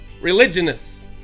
Religionists